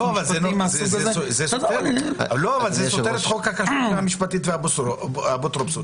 זה סותר את חוק הכשרות המשפטית והאפוטרופסות